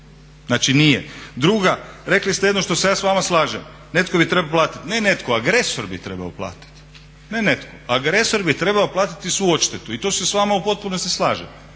Znači nije. Druga, rekli ste jedno što se ja s vama slažem, netko bi trebao platiti, ne netko, agresor bi trebao platiti, ne netko, agresor bi trebao platiti svu odštetu i tu se s vama u potpunosti slažem.